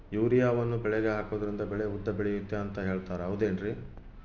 ಯೂರಿಯಾವನ್ನು ಬೆಳೆಗೆ ಹಾಕೋದ್ರಿಂದ ಬೆಳೆ ಉದ್ದ ಬೆಳೆಯುತ್ತೆ ಅಂತ ಹೇಳ್ತಾರ ಹೌದೇನ್ರಿ?